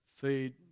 feed